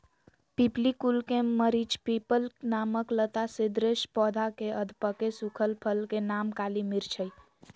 पिप्पली कुल के मरिचपिप्पली नामक लता सदृश पौधा के अधपके सुखल फल के नाम काली मिर्च हई